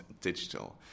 digital